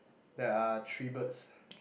there are three birds